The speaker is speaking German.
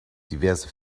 diverse